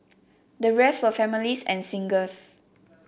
the rest were families and singles